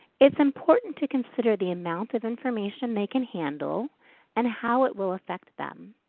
it's important to consider the amount of information they can handle and how it will affect them.